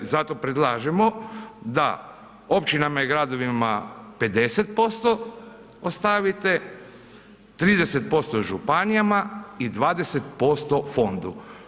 I zato predlažemo da općinama i gradova 50% ostavite, 30% županijama i 20% fondu.